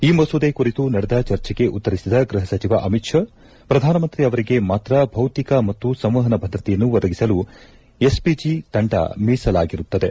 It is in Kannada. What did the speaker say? ಈ ಮಸೂದೆ ಕುರಿತು ನಡೆದ ಚರ್ಚೆಗೆ ಉತ್ತರಿಸಿದ ಗೃಹಸಚಿವ ಅಮಿತ್ ಶಾ ಪ್ರಧಾನಮಂತ್ರಿ ಅವರಿಗೆ ಮಾತ್ರ ಭೌತಿಕ ಮತ್ತು ಸಂವಹನ ಭದ್ರತೆಯನ್ನು ಒದಗಿಸಲು ಎಸ್ಪಿಜಿ ತಂಡ ಮೀಸಲಾಗಿರುತ್ತದೆ